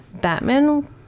Batman